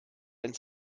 ins